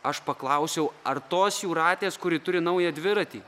aš paklausiau ar tos jūratės kuri turi naują dviratį